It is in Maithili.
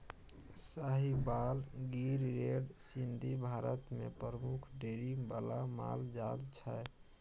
साहिबाल, गिर, रेड सिन्धी भारत मे प्रमुख डेयरी बला माल जाल छै